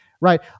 Right